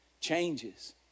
changes